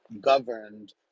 governed